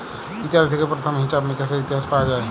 Italy থেক্যে প্রথম হিছাব মিকাশের ইতিহাস পাওয়া যায়